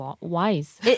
wise